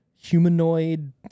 humanoid